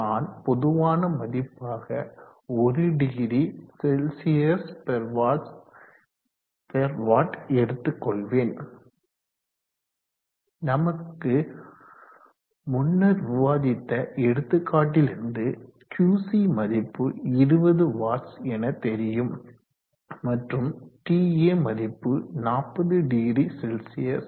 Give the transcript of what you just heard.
நான் பொதுவான மதிப்பாக 10CW எடுத்து கொள்வேன் நமக்கு முன்னர் விவாதித்த எடுத்துக்காட்டிலிருந்து QC மதிப்பு 20 வாட்ஸ் என தெரியும் மற்றும் Ta மதிப்பு 400C